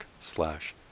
slash